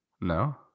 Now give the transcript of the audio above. No